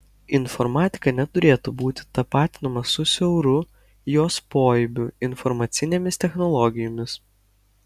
informatika neturėtų būti tapatinama su siauru jos poaibiu informacinėmis technologijomis